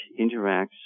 interacts